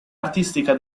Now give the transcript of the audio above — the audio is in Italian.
artistica